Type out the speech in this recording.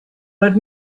but